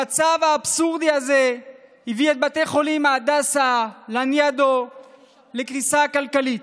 המצב האבסורדי הזה הביא את בתי החולים הדסה ולניאדו לקריסה כלכלית.